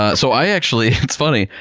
ah so i actually, it's funny,